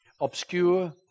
obscure